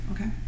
okay